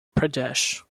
pradesh